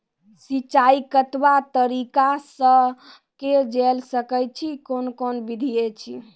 सिंचाई कतवा तरीका सअ के जेल सकैत छी, कून कून विधि ऐछि?